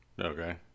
Okay